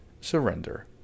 surrender